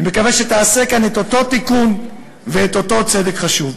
אני מקווה שתעשה כאן את אותו תיקון ואת אותו צדק חשוב.